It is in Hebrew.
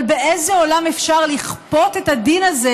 אבל באיזה עולם אפשר לכפות את הדין הזה